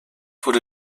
wurde